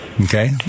okay